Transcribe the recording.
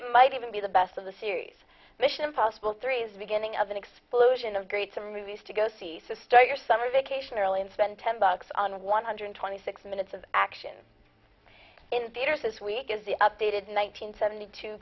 it might even be the best of the series mission impossible three is beginning of an explosion of great summer movies to go see so start your summer vacation early and spend ten bucks on one hundred twenty six minutes of action in theaters this week is the updated one nine hundred seventy two